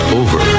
over